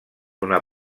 una